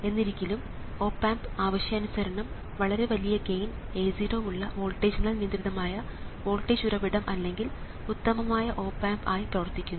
എന്നിരിക്കിലും op amp ആവശ്യാനുസരണം വളരെ വലിയ ഗെയിൻ A0 ഉള്ള വോൾട്ടേജിനാൽ നിയന്ത്രിതമായ വോൾട്ടേജ് ഉറവിടം അല്ലെങ്കിൽ ഉത്തമമായ ഓപ് ആമ്പ് ആയി പ്രവർത്തിക്കുന്നു